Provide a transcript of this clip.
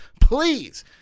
please